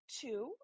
two